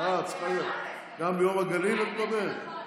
גם ביום הגליל את מדברת?